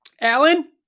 Alan